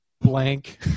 Blank